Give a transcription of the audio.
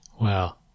Wow